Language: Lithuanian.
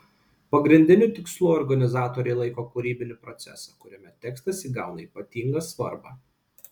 pagrindiniu tikslu organizatoriai laiko kūrybinį procesą kuriame tekstas įgauna ypatingą svarbą